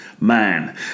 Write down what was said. man